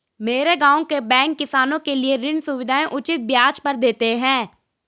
मेरे गांव के बैंक किसानों के लिए ऋण सुविधाएं उचित ब्याज पर देते हैं